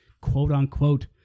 quote-unquote